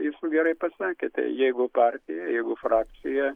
jūs gerai pasakėte jeigu partija jeigu frakcija